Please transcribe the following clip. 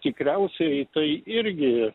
tikriausiai tai irgi